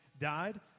died